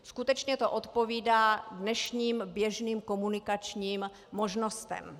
Skutečně to odpovídá dnešním běžným komunikačním možnostem.